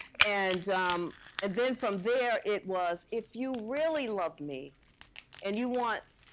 and um and then from there, it was, if you really love me and you want